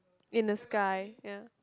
in the sky ya